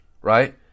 Right